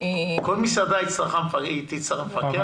כל מסעדה תצטרך מפקח?